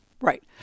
Right